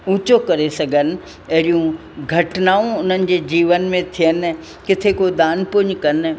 ऊचो करे सघनि अहिड़ियूं घटिनाऊं उन्हनि जे जीवन में थियनि किथे को दान पुण्य कनि